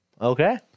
Okay